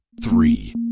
Three